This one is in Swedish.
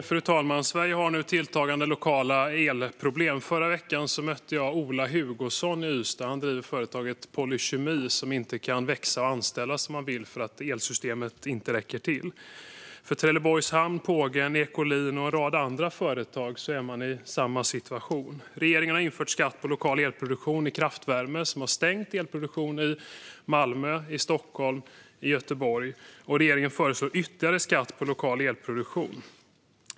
Fru talman! I Sverige finns nu tilltagande lokala elproblem. Förra veckan mötte jag Ola Hugoson i Ystad. Han driver företaget Polykemi, som inte kan växa och anställa eftersom elsystemet inte räcker till. Trelleborgs Hamn, Pågen, Ecolean och en rad andra företag är i samma situation. Regeringen har infört skatt på lokal elproduktion i kraftvärmeverk, vilket har lett till att elproduktion har stängts i Malmö, Stockholm och Göteborg. Och regeringen föreslår ytterligare skatt på lokal elproduktion.